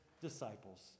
disciples